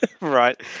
right